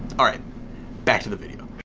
alright back to the video!